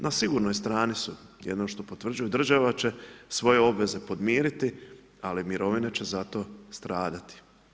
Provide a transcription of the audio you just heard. Na sigurnoj strani su, jedino što potvrđuje, država će svoje obveze podmiriti, ali mirovine će zato stradati.